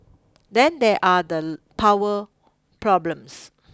then there are the power problems